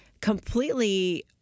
completely